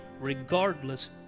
regardless